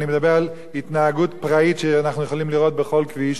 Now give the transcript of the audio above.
אני מדבר על התנהגות פראית שאנחנו יכולים לראות בכל כביש.